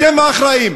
אתם האחראים.